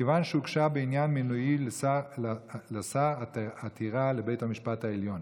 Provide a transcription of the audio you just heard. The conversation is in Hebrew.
כיוון שהוגשה בעניין מינויי לשר עתירה לבית המשפט העליון.